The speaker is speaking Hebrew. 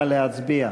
נא להצביע.